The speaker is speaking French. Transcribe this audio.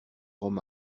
rhum